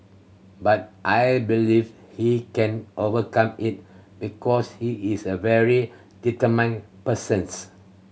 but I believe he can overcome it because he is a very determined persons